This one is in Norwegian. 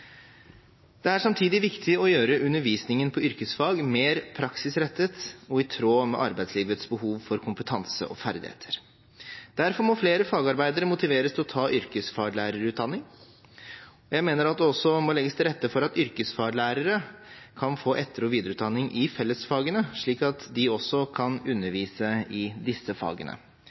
Det er samtidig viktig å gjøre undervisningen på yrkesfag mer praksisrettet og i tråd med arbeidslivets behov for kompetanse og ferdigheter. Derfor må flere fagarbeidere motiveres til å ta yrkesfaglærerutdanning. Jeg mener at det også må legges til rette for at yrkesfaglærere kan få etter- og videreutdanning i fellesfagene, slik at de også kan